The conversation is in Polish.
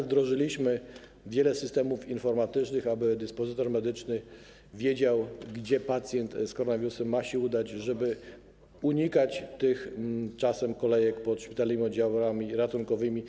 Wdrożyliśmy też wiele systemów informatycznych, aby dyspozytor medyczny wiedział, gdzie pacjent z koronawirusem ma się udać, żeby uniknąć czasem kolejek pod szpitalnymi oddziałami ratunkowymi.